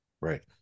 Right